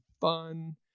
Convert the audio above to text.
fun